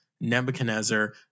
Nebuchadnezzar